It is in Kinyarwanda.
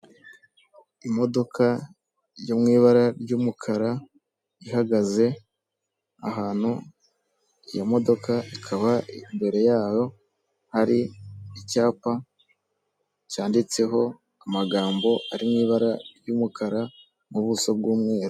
Imodoka yo mu ibara ry'umukara ihagaze ahantu, iyo modoka ikaba imbere yaho hari icyapa cyanditseho amagambo ari mu ibara ry'umukara mu buso bw'umweru.